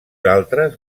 altres